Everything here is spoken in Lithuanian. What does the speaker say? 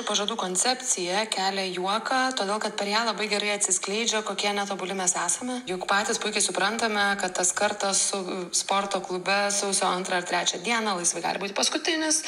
pažadų koncepcija kelia juoką todėl kad per ją labai gerai atsiskleidžia kokie netobuli mes esame juk patys puikiai suprantame kad tas kartas su sporto klube sausio antrą ar trečią dieną laisvai gali būti paskutinis